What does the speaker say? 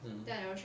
mmhmm